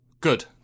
good